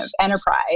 enterprise